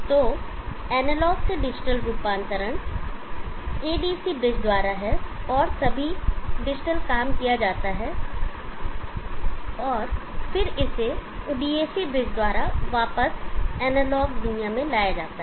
तो एनालॉग से डिजिटल रूपांतरण एडीसी ब्रिज द्वारा है और सभी डिजिटल काम किया जाता है और फिर इसे डीएसी ब्रिज द्वारा वापस एनालॉग दुनिया में लाया जाता है